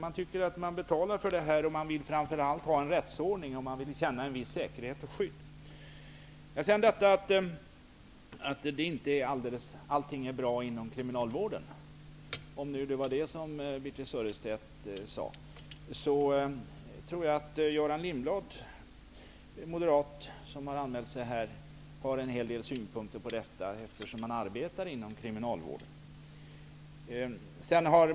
Man tycker att man betalar för detta och framför allt vill man ha en rättsordning. Man vill känna en viss säkerhet och ett skydd. Att allt inte är bra inom kriminalvården -- om det var det som Birthe Sörestedt sade -- tror jag att Göran Lindblad, moderat, som har anmält sig på talarlistan, har en hel del synpunkter på, eftersom han arbetar inom kriminalvården.